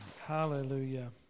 Hallelujah